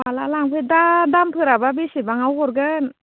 माला लांनो दा दामफोराब्ला बेसेबाङाव हरगोन